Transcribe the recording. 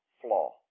flaw